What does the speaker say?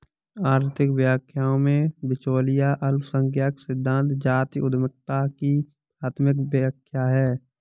आर्थिक व्याख्याओं में, बिचौलिया अल्पसंख्यक सिद्धांत जातीय उद्यमिता की प्राथमिक व्याख्या है